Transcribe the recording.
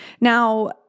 Now